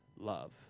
love